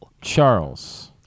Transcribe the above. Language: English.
Charles